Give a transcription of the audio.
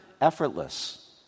effortless